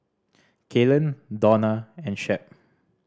Kaylen Dona and Shep